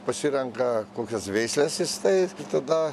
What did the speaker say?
pasirenka kokias veisles jis tai tada